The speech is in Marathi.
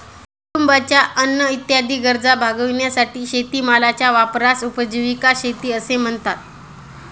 कुटुंबाच्या अन्न इत्यादी गरजा भागविण्यासाठी शेतीमालाच्या वापरास उपजीविका शेती असे म्हणतात